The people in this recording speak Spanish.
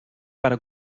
para